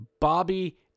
Bobby